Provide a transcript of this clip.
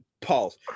pause